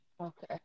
Okay